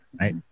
right